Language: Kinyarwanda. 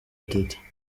teta